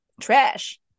trash